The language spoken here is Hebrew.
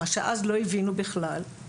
מה שאז לא הבינו בכלל,